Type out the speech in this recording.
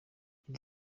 iri